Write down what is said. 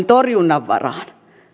torjunnan varaan